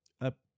Up